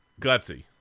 Gutsy